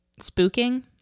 spooking